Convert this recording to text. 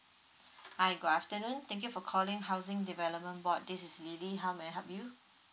hi good afternoon thank you for calling housing development board this is lily how may I help you